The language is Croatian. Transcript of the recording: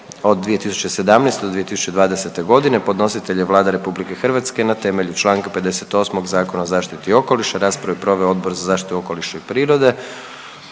od 2017. do 2020. godine Podnositelj je Vlada Republike Hrvatske na temelju članka 58. Zakona o zaštiti okoliša. Raspravu je proveo Odbor za zaštitu okoliša i prirode.